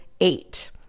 eight